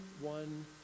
one